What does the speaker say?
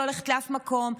לא הולכים לאף מקום.